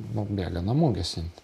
nu bėga namų gesinti